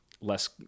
less